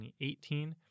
2018